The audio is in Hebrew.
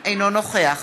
אינו נוכח